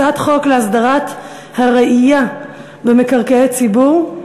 הצעת חוק להסדרת הרעייה במקרקעי ציבור,